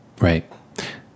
Right